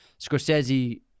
Scorsese